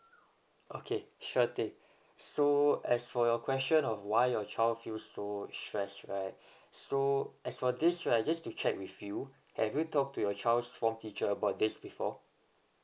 okay sure did so as for your question of why your child feel so stress right so as for this right just to check with you have you talked to your child's form teacher about this before